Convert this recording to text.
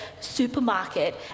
supermarket